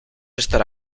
estar